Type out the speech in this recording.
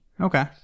Okay